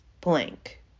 blank